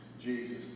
Jesus